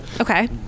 okay